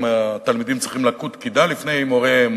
התלמידים צריכים לקוד קידה לפני מוריהם,